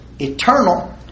eternal